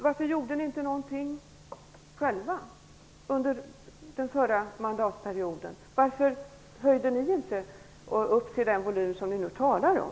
Varför gjorde ni inte någonting själva under den förra mandatperioden? Varför höjde ni inte upp till den volym ni talar om?